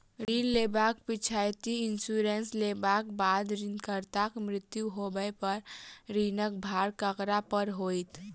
ऋण लेबाक पिछैती इन्सुरेंस लेबाक बाद ऋणकर्ताक मृत्यु होबय पर ऋणक भार ककरा पर होइत?